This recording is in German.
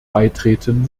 beitreten